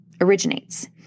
originates